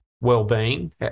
well-being